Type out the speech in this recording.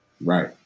Right